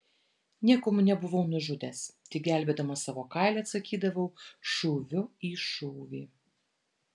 nieko nebuvau nužudęs tik gelbėdamas savo kailį atsakydavau šūviu į šūvį